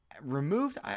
removed